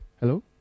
Hello